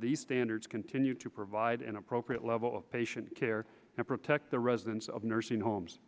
the standards continue to provide an appropriate level of patient care and protect the residents of nursing homes